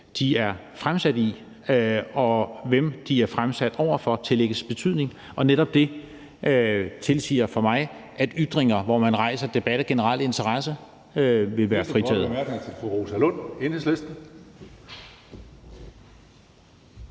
de er fremsat i, og hvem de er fremsat over for – tillægges betydning. Og netop det tilsiger for mig, at ytringer, hvor man rejser debat af generel interesse, vil være fritaget.